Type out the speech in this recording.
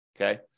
Okay